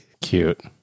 Cute